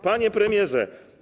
Panie Premierze!